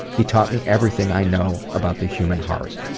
he taught me everything i know about the human heart.